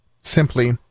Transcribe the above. simply